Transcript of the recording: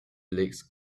legs